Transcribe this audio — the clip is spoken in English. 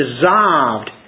dissolved